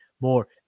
more